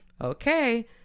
Okay